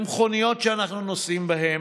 למכוניות שאנחנו נוסעים בהן,